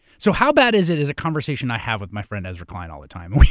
so how bad is it, is a conversation i have with my friend ezra klein, all the time.